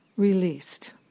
Released